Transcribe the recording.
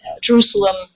Jerusalem